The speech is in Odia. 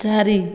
ଚାରି